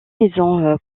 maison